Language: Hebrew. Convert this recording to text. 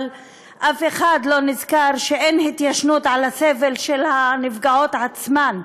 אבל אף אחד לא נזכר שאין התיישנות על הסבל של הנפגעות עצמן.